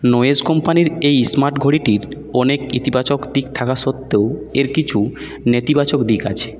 noise কম্পানীর এই smart ঘড়িটির অনেক ইতিবাচক দিক থাকা সত্ত্বেও এর কিছু নেতিবাচক দিক আছে